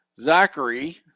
Zachary